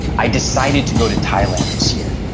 i decided to go to thailand this year,